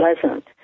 pleasant